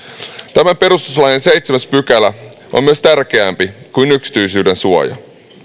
tämä perustuslain seitsemäs pykälä on myös tärkeämpi kuin yksityisyydensuoja